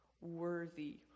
worthy